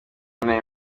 nari